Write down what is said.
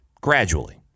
gradually